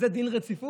אז זה דין רציפות?